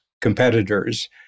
competitors